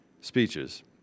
speeches